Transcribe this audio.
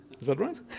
is that right?